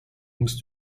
musst